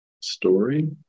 story